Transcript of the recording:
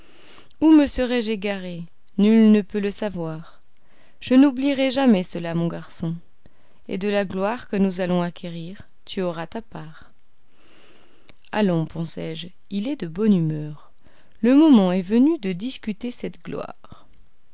où me serais-je égaré nul ne peut le savoir je n'oublierai jamais cela mon garçon et de la gloire que nous allons acquérir tu auras ta part allons pensai-je il est de bonne humeur le moment est venu de discuter cette gloire